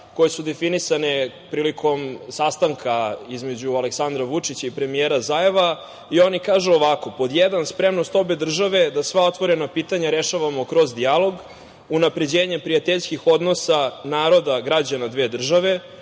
koje su definisane prilikom sastanka između Aleksandra Vučića i premijera Zaeva. Oni kažu ovako: pod jedan – spremnost obe države da sva otvorena pitanja rešavamo kroz dijalog, unapređenje prijateljskih odnosa naroda, građana dve države,